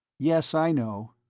yes, i know.